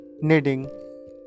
knitting